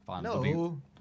No